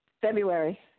February